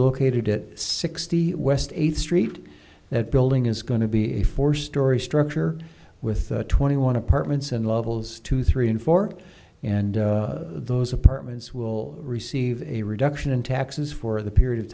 located at sixty west eighth street that building is going to be a four story structure with twenty one apartments and levels two three and four and those apartments will receive a reduction in taxes for the period of